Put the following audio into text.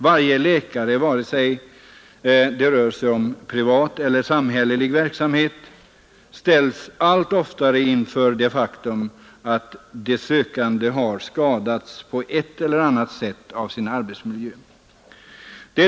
Varje läkare, oavsett om han är privat eller samhälleligt verksam, ställs allt oftare inför det faktum att de sökande har skadats av sin arbetsmiljö på ett eller annat sätt.